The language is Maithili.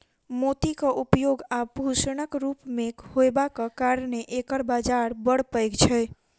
मोतीक उपयोग आभूषणक रूप मे होयबाक कारणेँ एकर बाजार बड़ पैघ छै